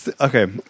Okay